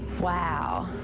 wow.